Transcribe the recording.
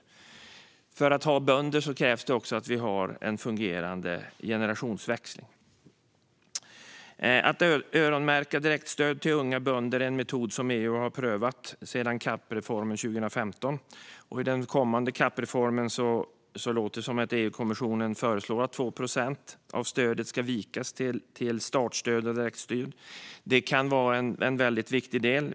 Och för att ha bönder krävs det också ha vi har en fungerande generationsväxling. Att öronmärka direktstöd till unga bönder är en metod som EU har prövat sedan CAP-reformen 2015. I den kommande CAP-reformen låter det som att EU-kommissionen föreslår att 2 procent av stödet ska vikas till startstöd och direktstöd. Det kan vara en viktig del.